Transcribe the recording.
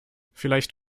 vielleicht